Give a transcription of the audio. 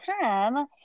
time